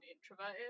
introverted